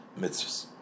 mitzvahs